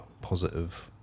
positive